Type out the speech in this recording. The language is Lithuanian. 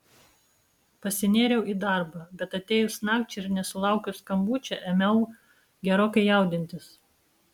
pasinėriau į darbą bet atėjus nakčiai ir nesulaukus skambučio ėmiau gerokai jaudintis